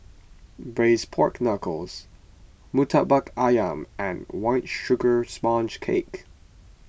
Braised Pork Knuckles Murtabak Ayam and White Sugar Sponge Cake